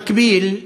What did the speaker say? במקביל,